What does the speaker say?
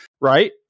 right